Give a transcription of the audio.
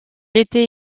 était